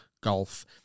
golf